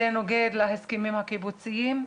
זה נוגד להסכמים הקיבוציים,